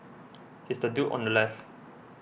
he's the dude on the left